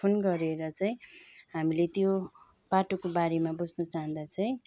phone गरेर चाहिँ हामीले त्यो बाटोको बारेमा बुझ्नु चाहँदा चाहिँ